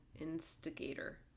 Instigator